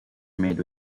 made